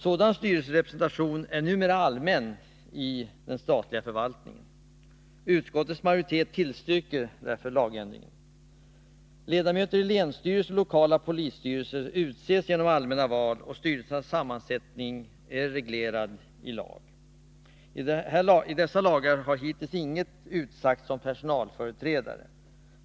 Sådan styrelserepresentation är numera allmän i den statliga förvaltningen. Utskottets majoritet tillstyrker därför förslaget till en lagändring. Ledamöter i länsstyrelser och lokala polisstyrelser utses genom allmänna val, och styrelsernas sammansättning är reglerad i lag. I dessa lagar har hittills inget sagts om personalföreträdare.